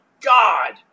God